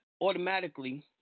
automatically